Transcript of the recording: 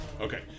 Okay